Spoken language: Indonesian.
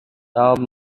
tom